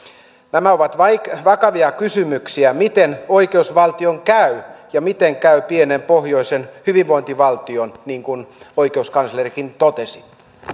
nämä ovat vakavia kysymyksiä eli miten oikeusvaltion käy ja miten käy pienen pohjoisen hyvinvointivaltion niin kuin oikeuskanslerikin totesi